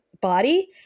body